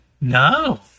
No